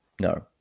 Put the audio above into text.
no